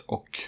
Och